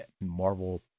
Marvel